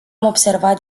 observat